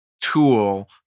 tool